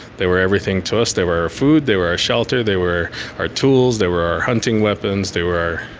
they were everything to us. they were our food, they were our shelter, they were our tools, they were our hunting weapons, they were our